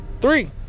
three